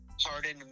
hardened